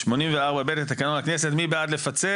84 ב' לתקנון הכנסת.